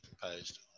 proposed